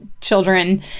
children